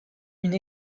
une